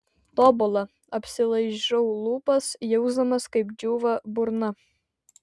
tobula apsilaižau lūpas jausdamas kaip džiūva burna